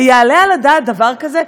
היעלה על הדעת דבר כזה?